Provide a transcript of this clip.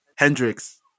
Hendrix